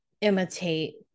imitate